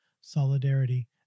solidarity